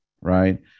right